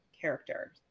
character